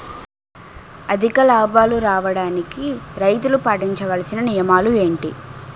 అధిక లాభాలు రావడానికి రైతులు పాటించవలిసిన నియమాలు ఏంటి